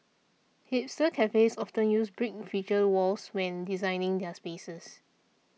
hipster cafes often use such brick feature walls when designing their spaces